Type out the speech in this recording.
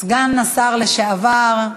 סגן השר לשעבר,